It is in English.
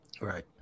right